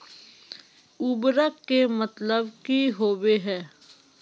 उर्वरक के मतलब की होबे है?